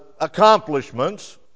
accomplishments